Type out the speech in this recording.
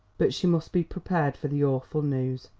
but she must be prepared for the awful news.